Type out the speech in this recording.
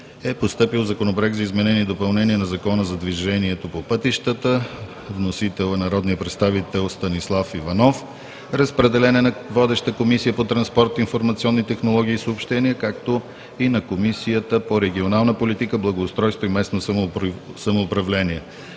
е постъпил Законопроект за изменение и допълнение на Закона за движението по пътищата. Вносител – народният представител Станислав Иванов. Водеща е Комисията по транспорт, информационни технологии и съобщения. Разпределен е и на Комисията по регионална политика, благоустройство и местно самоуправление.